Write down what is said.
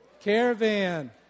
Caravan